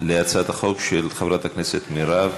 להצעת החוק של חברת הכנסת מירב